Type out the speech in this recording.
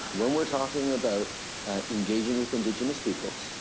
when we're talking about engaging with indigenous peoples,